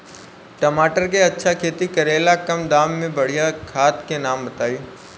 टमाटर के अच्छा खेती करेला कम दाम मे बढ़िया खाद के नाम बताई?